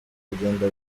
kugenda